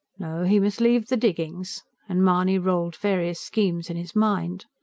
no, he must leave the diggings and mahony rolled various schemes in his mind.